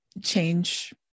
change